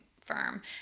firm